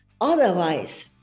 otherwise